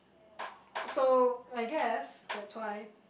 so I guess that's why